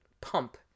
pump